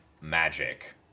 magic